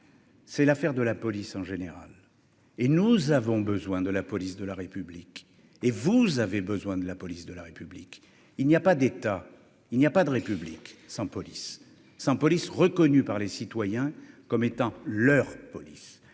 C'est l'affaire de la police en général et nous avons besoin de la police de la République et vous avez besoin de la police de la République, il n'y a pas d'état, il n'y a pas de république sans police, sans police reconnu par les citoyens comme étant leur police,